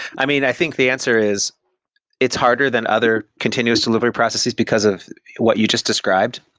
i mean, i think the answer is it's harder than other continuous delivery processes, because of what you just described.